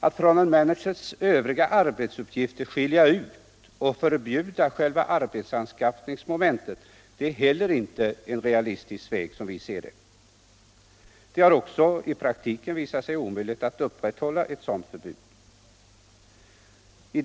Alt från en managers övriga arbetsuppgifter skilja ut och förbjuda själva arbetsanskaffningsmomentet ser vi inte heller som någon realistisk väg. Det har också i praktiken visat sig omöjligt att upprätthålla ett sådant 115 förbud.